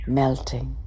melting